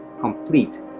complete